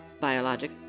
biologic